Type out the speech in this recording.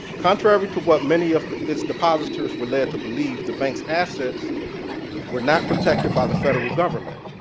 contrary to what many of its depositors were led to believe, the bank's assets were not protected by the federal government.